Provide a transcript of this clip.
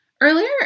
earlier